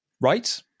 right